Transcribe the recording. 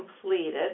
completed